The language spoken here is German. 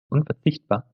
unverzichtbar